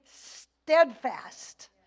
steadfast